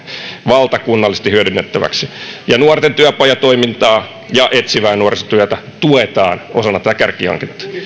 valtakunnallisesti hyödynnettäväksi nuorten työpajatoimintaa ja etsivää nuorisotyötä tuetaan osana tätä kärkihanketta